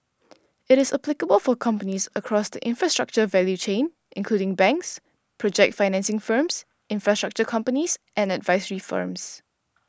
it is applicable for companies across the infrastructure value chain including banks project financing firms infrastructure companies and advisory firms